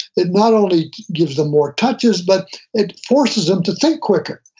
it not only gives them more touches, but it forces them to think quicker.